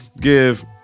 Give